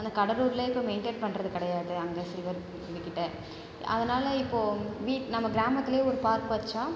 அந்த கடலூரில் இப்போது மெய்ன்டென் பண்ணுறது கிடையாது அங்கே சில்வர் இதுகிட்ட அதனால் இப்போது வீக் நம்ம கிராமத்திலயே ஒரு பார்க் வச்சால்